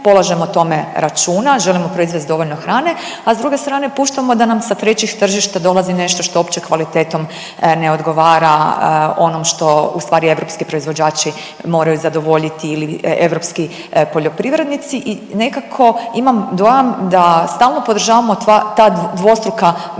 polažemo tome račune, a želimo proizvest dovoljno hrane, a s druge strane puštamo da nam sa trećih tržišta dolazi nešto što uopće kvalitetom ne odgovara onom što ustvari europski proizvođači moraju zadovoljiti ili europski poljoprivrednici i nekako imam dojam da stalno podržavamo ta dvostruka mjerila,